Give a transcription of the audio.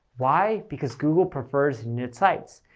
why? because google prefers niche sites.